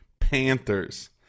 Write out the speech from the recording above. Panthers